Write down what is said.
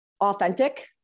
authentic